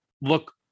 look